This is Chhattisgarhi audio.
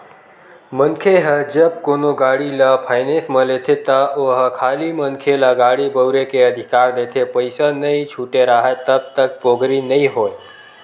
मनखे ह जब कोनो गाड़ी ल फायनेंस म लेथे त ओहा खाली मनखे ल गाड़ी बउरे के अधिकार देथे पइसा नइ छूटे राहय तब तक पोगरी नइ होय